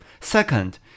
second